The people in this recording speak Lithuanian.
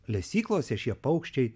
lesyklose šie paukščiai